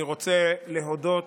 אני רוצה להודות